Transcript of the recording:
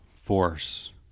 Force